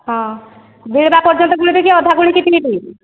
ହଁ ବିଳିବା ପର୍ଯ୍ୟନ୍ତ ପିଇବି କି ଅଧା ଗୋଳିକି ପିଇବି